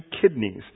kidneys